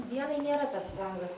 dienai nėra tas planas